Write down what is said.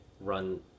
run